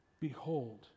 behold